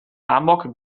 amok